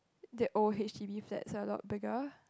that old H_D_B flats are a lot bigger